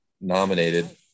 nominated